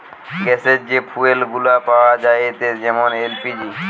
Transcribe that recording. গ্যাসের যে ফুয়েল গুলা পাওয়া যায়েটে যেমন এল.পি.জি